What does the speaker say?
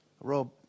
Rob